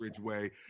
Bridgeway